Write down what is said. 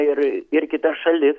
ir ir kitas šalis